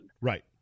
Right